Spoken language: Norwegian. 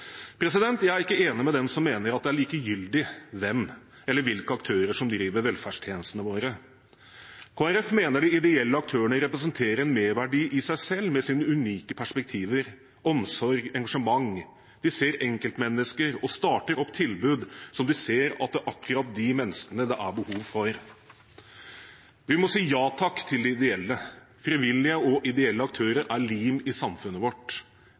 Jeg er ikke enig med dem som mener at det er likegyldig hvem eller hvilke aktører som driver velferdstjenestene våre. Kristelig Folkeparti mener de ideelle aktørene representerer en merverdi i seg selv med sine unike perspektiver, sin omsorg og sitt engasjement. De ser enkeltmennesker og starter opp tilbud som de ser at akkurat disse menneskene har behov for. Vi må si ja takk til de ideelle. Frivillige og ideelle aktører er lim i samfunnet vårt.